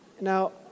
Now